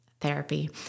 therapy